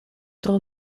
tro